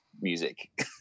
music